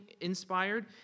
inspired